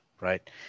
right